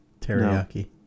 Teriyaki